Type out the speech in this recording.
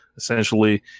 essentially